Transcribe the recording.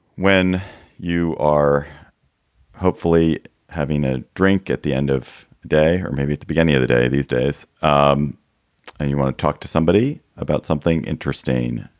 when you are hopefully having a drink at the end of day or maybe the beginning of the day these days um and you want to talk to somebody about something interesting.